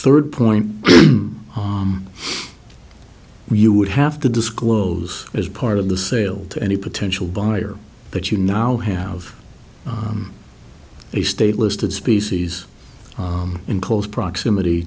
third point you would have to disclose as part of the sale to any potential buyer that you now have a state listed species in close proximity